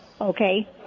Okay